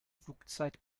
flugzeit